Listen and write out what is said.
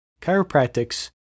chiropractics